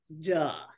Duh